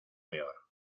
peor